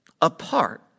apart